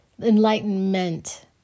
enlightenment